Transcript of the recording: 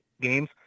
games